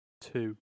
Two